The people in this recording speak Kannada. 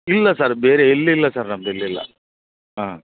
ಇಲ್ಲ ಸರ್ ಬೇರೆ ಎಲ್ಲು ಇಲ್ಲ ಸರ್ ನಮ್ದು ಎಲ್ಲಿಲ್ಲ ಹಾಂ